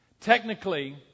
Technically